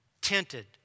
tinted